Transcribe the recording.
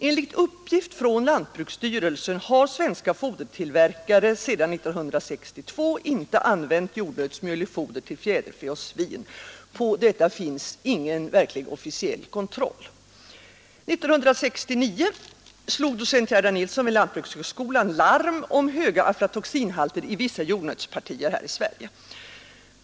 Enligt uppgift från lantbruksstyrelsen har svenska fodertillverkare sedan 1962 inte använt jordnötsmjöl i foder till fjäderfä och svin. På detta finns ingen officiell kontroll. 1969 slog docent Gerda Nilsson vid lantbrukshögskolan larm om höga aflatoxinhalter i vissa jordnötspartier här i Sverige.